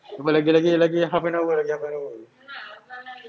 lagi lagi lagi half an hour lagi half an hour